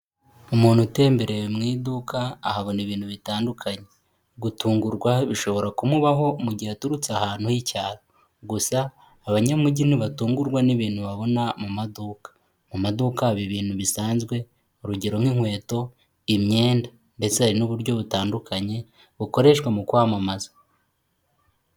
Umuntu utembereye mu iduka ahabona ibintu bitandukanye, gutungurwa bishobora kumubaho mu gihe aturutse ahantu h'icyaro, gusa, abanyamujyi ntibatungurwa n'ibintu babona mu maduka, mu maduka haba ibintu bisanzwe urugero nk'inkweto imyenda ndetse hari n'uburyo butandukanye bukoreshwa mu kwamamaza.